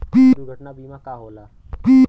दुर्घटना बीमा का होला?